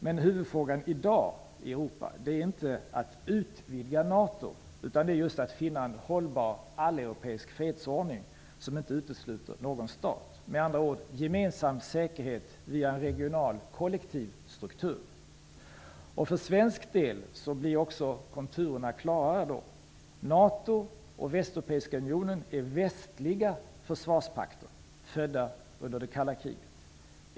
Men huvudfrågan i Europa i dag är inte att utvidga NATO utan att finna en hållbar alleuropeisk fredsordning som inte utesluter någon stat, med andra ord: gemensam säkerhet via en regional kollektiv struktur. För svensk del blir konturerna klarare då. NATO och Västeuropeiska unionen är västliga försvarspakter, födda under det kalla kriget.